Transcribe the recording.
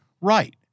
Right